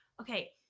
okay